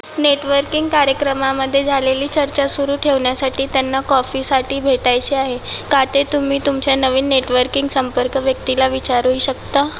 networking कार्यक्रमामध्ये झालेली चर्चा सुरू ठेवण्यासाठी त्यांना कॉफीसाठी भेटायचे आहे का ते तुम्ही तुमच्या नवीन नेटवर्किंग संपर्क व्यक्तीला विचारूही शकता